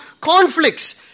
conflicts